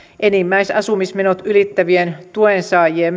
enimmäisasumismenot ylittävien tuensaajien